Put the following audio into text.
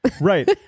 Right